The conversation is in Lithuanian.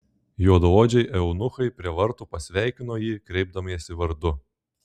juodaodžiai eunuchai prie vartų pasveikino jį kreipdamiesi vardu